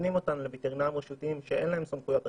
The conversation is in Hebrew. מפנים אותנו לווטרינרים רשותיים שאין להם סמכויות אכיפה.